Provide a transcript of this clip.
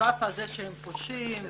ולומר שהם פושעים,